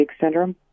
syndrome